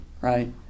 right